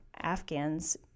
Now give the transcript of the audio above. Afghans